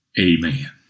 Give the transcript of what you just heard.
Amen